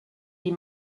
die